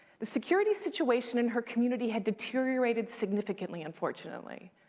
the security situation in her community had deteriorated significantly, unfortunately.